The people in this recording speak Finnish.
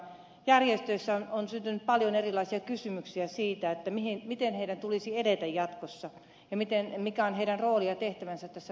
järjestöissä on syntynyt paljon erilaisia kysymyksiä siitä miten niiden tulisi edetä jatkossa ja mikä on niiden rooli ja tehtävä tässä palvelukokonaisuudessa